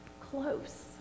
close